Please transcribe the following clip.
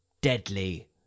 deadly